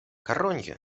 karonjo